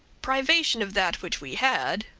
privation of that which we had,